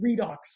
redox